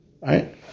Right